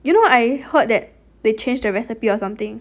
you know I heard that they change the recipe or something